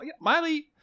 Miley